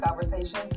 conversation